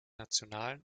nationalen